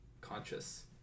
conscious